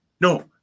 No